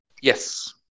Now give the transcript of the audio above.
Yes